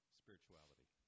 spirituality